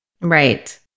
Right